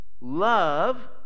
love